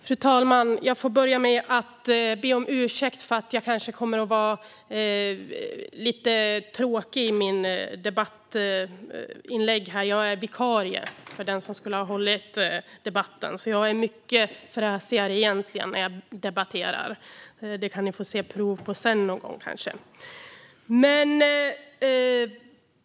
Fru talman! Jag vill börja med att be om ursäkt för att jag kanske kommer att vara lite tråkig i mitt debattinlägg. Jag är vikarie för den som skulle ha deltagit i debatten. Jag är alltså egentligen mycket fräsigare när jag debatterar. Det kan ni kanske få se prov på senare någon gång.